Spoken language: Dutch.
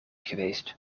geweest